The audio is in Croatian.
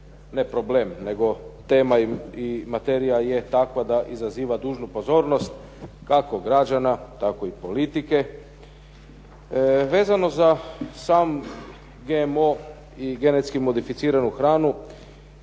ne problem nego tema i materija je takva da izaziva dužnu pozornost kako građana, tako i politike. Vezano za sam GMO i genetski modificiranu hranu,